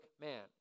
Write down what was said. man